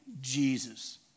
Jesus